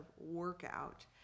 workout